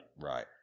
Right